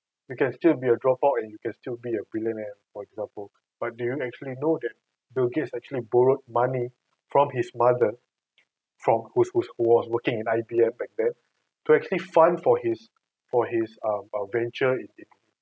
you can still be a dropout and you can still be a billionaire for example but do you actually know that bill gates actually borrowed money from his mother from whose who was working at I_B_M back then to actually fund for his for his um um venture in in